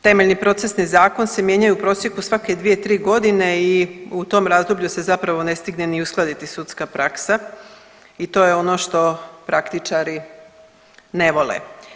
Temeljni procesni zakon se mijenja u prosjeku svake 2-3.g. i u tom razdoblju se zapravo ne stigne ni uskladiti sudska praksa i to je ono što praktičari ne vole.